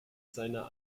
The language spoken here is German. seiner